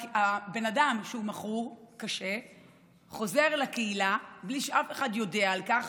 הבן אדם שמכור קשה חוזר לקהילה בלי שאף אחד יודע על כך,